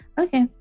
Okay